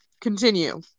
continue